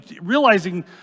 Realizing